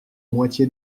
moitié